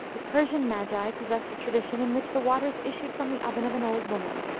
the persian magi possessed a tradition in which the waters issued from the oven of an old woman.